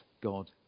God